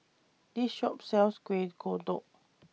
This Shop sells Kueh Kodok